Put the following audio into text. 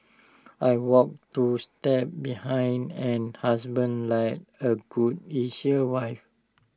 I walk two steps behind an husband like A good Asian wife